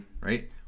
Right